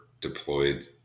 deployed